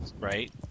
right